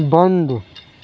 بند